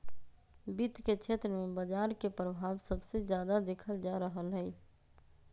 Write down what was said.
वित्त के क्षेत्र में बजार के परभाव सबसे जादा देखल जा रहलई ह